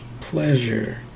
pleasure